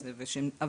אבל